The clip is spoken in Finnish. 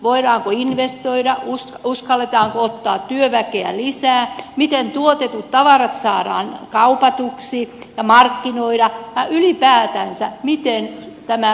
voidaanko investoida uskalletaanko ottaa työväkeä lisää miten tuotetut tavarat saadaan kaupatuksi ja markkinoiduksi ja ylipäätänsä miten tämä vienti vetää